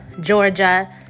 Georgia